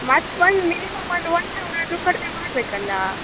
ಮತ್ತು ಒಂದು ಮಿನಿಮಮ್ ಅಂದ್ರೆ ಒಂದು ಸಾವಿರ ಆದರೂ ಕಡಿಮೆ ಮಾಡಬೇಕಲ್ಲಾ